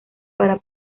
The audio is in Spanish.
para